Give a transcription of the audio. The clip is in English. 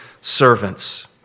servants